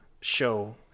show